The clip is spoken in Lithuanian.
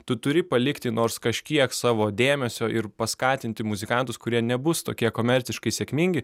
tu turi palikti nors kažkiek savo dėmesio ir paskatinti muzikantus kurie nebus tokie komerciškai sėkmingi